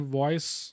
voice